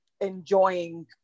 enjoying